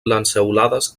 lanceolades